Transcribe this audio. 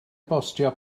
bostio